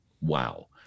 wow